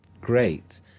great